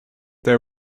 they